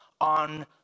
on